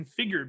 configured